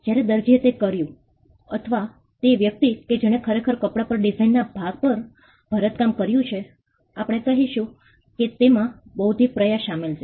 જ્યારે દરજીએ તે કર્યું અથવા તે વ્યક્તિ કે જેણે ખરેખર કપડા પર ડિઝાઇનના ભાગ પર ભરતકામ કર્યુ છે આપણે કહીશું કે તેમાં બૌદ્ધિક પ્રયાસ શામેલ છે